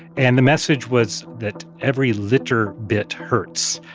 and the message was that every litter bit hurts.